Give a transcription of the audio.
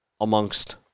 amongst